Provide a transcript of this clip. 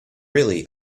really